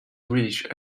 reddish